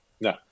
No